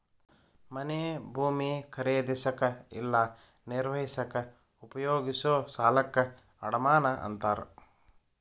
ಮನೆ ಭೂಮಿ ಖರೇದಿಸಕ ಇಲ್ಲಾ ನಿರ್ವಹಿಸಕ ಉಪಯೋಗಿಸೊ ಸಾಲಕ್ಕ ಅಡಮಾನ ಅಂತಾರ